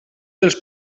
dels